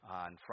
on